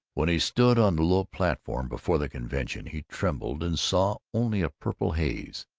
when he stood on the low platform before the convention, he trembled and saw only a purple haze.